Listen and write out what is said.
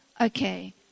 okay